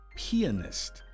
pianist